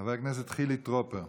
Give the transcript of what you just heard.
חבר הכנסת חילי טרופר.